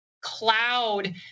Cloud